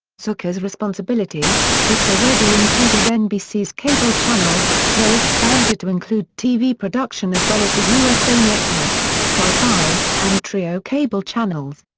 zucker's responsibilities, which already included nbc's cable channels, were expanded to include tv production as well as the usa network, sci-fi, and trio cable channels.